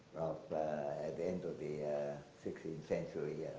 at the end of the sixteenth century,